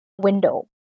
window